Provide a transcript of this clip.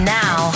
now